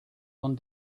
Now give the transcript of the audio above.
one